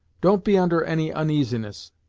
don't be under any oneasiness,